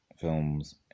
films